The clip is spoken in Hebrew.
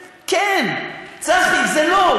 כן, צחי, זה לא.